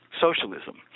socialism